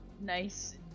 nice